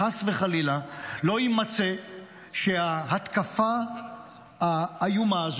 וחלילה לא יימצא שההתקפה האיומה הזו,